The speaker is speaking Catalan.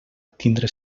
tindre